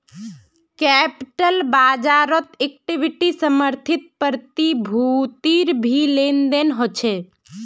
capital बाज़ारत equity समर्थित प्रतिभूतिर भी लेन देन ह छे